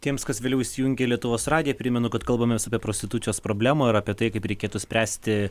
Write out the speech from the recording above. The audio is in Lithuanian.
tiems kas vėliau įsijungė į lietuvos radiją primenu kad kalbamės apie prostitucijos problemą ir apie tai kaip reikėtų spręsti